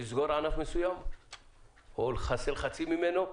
לסגור ענף מסוים או לחסל חצי ממנו,